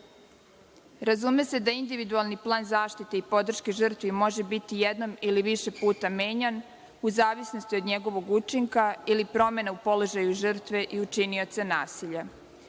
mera. Razume se da individualni plan zaštite i podrške žrtvi može biti jedan ili više puta menjan u zavisnosti od njegovog učinka ili promena u položaju žrtve i učinioca nasilja. Zakon